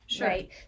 right